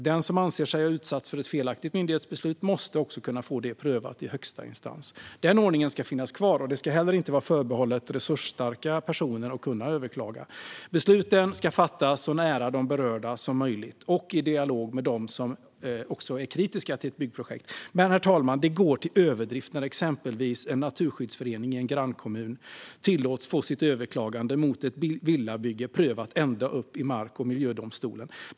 Den som anser sig ha utsatts för ett felaktigt myndighetsbeslut måste också kunna få det prövat i högsta instans. Den ordningen ska finnas kvar. Det ska inte heller vara förbehållet resursstarka personer att kunna överklaga. Besluten ska fattas så nära de berörda som möjligt och i dialog med dem som är kritiska till ett byggprojekt. Men, herr talman, det går till överdrift när exempelvis en naturskyddsförening i en grannkommun tillåts få sitt överklagande mot ett villabygge prövat ända upp i Mark och miljööverdomstolen.